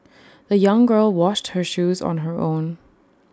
the young girl washed her shoes on her own